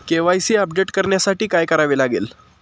KYC update करण्यासाठी काय करावे लागेल?